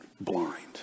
blind